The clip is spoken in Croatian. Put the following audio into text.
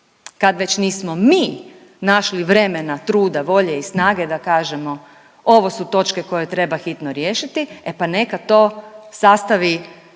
kad već nismo mi našli vremena, truda, volje i snage da kažemo ovo su točke koje treba hitno riješiti, e pa neka to sastavi